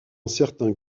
certains